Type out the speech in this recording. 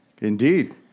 Indeed